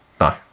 No